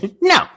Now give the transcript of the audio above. No